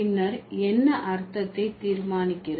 பின்னர் என்ன அர்த்தத்தை தீர்மானிக்கிறது